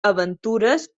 aventures